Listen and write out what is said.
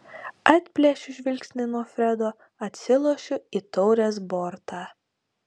atplėšiu žvilgsnį nuo fredo atsilošiu į taurės bortą